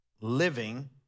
Living